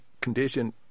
condition